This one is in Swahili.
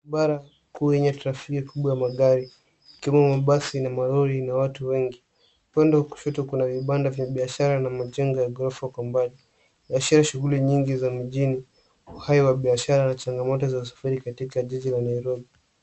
Barabara kuu yenye trafiki kubwa ya magari, kimo mabasi na malori na watu wengi. Upande wa kushoto kuna vibanda vya biashara na majengo ya ghorofa kwa umbali. Unaashiria shughuli nyingi za mjini, uhai wa biashara na changamoto za usafiri katika jiji la Nairobi.